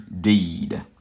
deed